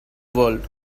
world